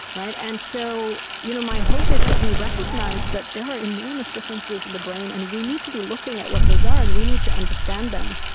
and so you know my hope is that we recognise that there are enormous differences in the brain and we need to be looking at what those are and we need to understand them.